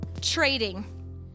trading